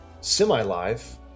semi-live